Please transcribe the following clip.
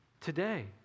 today